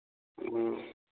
ꯎꯝ